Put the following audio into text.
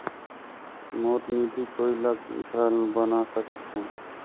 मोर निधि कोई ला घल बना सकत हो?